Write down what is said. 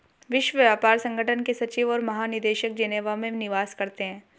विश्व व्यापार संगठन के सचिव और महानिदेशक जेनेवा में निवास करते हैं